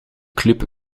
club